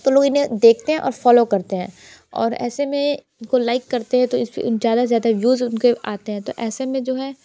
तो लोग इन्हें देखते हैं और फॉलो करते हैं और ऐसे में को लाइक करते हैं तो इसमें ज़्यादा से ज़्यादा व्यूज़ उनके आते हैं तो ऐसे में जो है